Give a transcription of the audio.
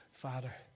Father